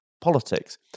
politics